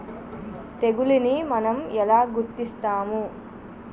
తెగులుని మనం ఎలా గుర్తిస్తాము?